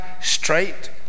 straight